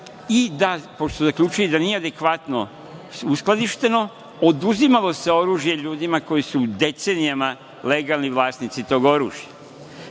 i da, pošto smo zaključili da nije adekvatno uskladišteno, oduzimalo se oružje ljudima koji su decenijama legalni vlasnici tog oružja. Pitam